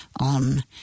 on